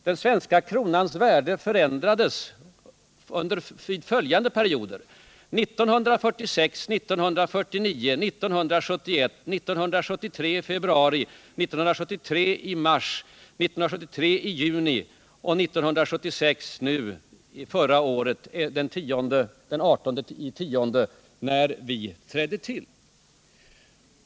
Den svenska kronans värde förändrades vid följande tidpunkter: 1946, 1949, 1971, i februari 1973, i mars 1973, i juni 1973 och den 18 oktober 1976, just som vi hade trätt till.